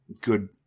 good